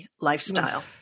lifestyle